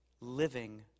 living